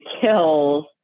kills